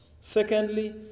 Secondly